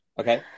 okay